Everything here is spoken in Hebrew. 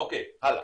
אוקיי, הלאה.